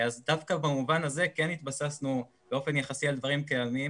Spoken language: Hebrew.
אז דווקא במובן הזה כן התבססנו באופן יחסי על דברים קיימים,